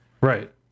Right